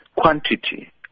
quantity